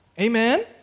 Amen